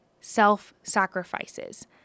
self-sacrifices